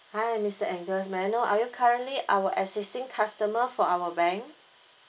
hi mister angles may I know are you currently our existing customer for our bank